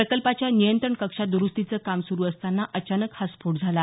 प्रकल्पाच्या नियंत्रण कक्षात द्रूस्तीचं काम सुरू असतांना अचानक हा स्फोट झाला